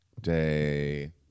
day